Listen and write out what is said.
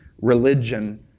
religion